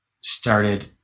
started